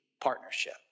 partnership